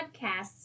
podcasts